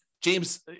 James